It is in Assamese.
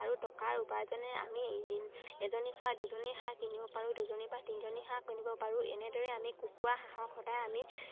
আৰু টকাৰ উপাৰ্জনে আমি এজনীৰ পৰা দুজনী হাঁহ কিনিব পাৰোঁ দুজনীৰ পৰা তিনিজনী হাঁহ কিনিব পাৰোঁ এনেদৰে আমি কুকুৰা হাঁহৰ সদায় আমি